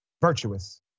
virtuous